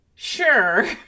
Sure